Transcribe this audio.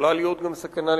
יכולה להיות גם סכנה של